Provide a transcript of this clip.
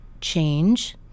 change